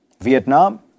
Vietnam